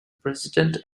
president